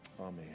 Amen